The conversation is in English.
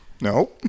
No